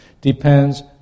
depends